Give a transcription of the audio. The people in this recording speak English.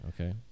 Okay